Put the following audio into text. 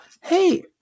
hey